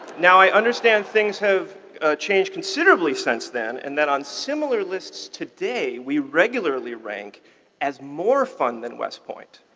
now i understand things have changed considerably since then, and that on similar lists today, we regularly rank as more fun than west point.